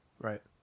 Right